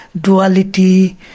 duality